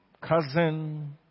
cousin